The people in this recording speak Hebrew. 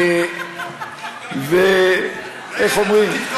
ואיך אומרים,